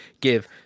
give